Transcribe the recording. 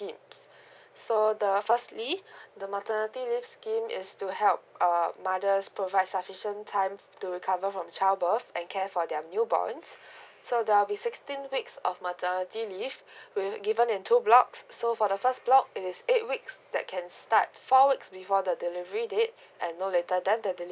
so the firstly the maternity leave scheme is to help uh mothers provide sufficient time to recover from child birth and care for their new born so there'll be sixteen weeks of maternity leave with given in two blocks so for the first block it's eight weeks that can start four weeks before the delivery date and no later than the